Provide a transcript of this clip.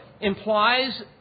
implies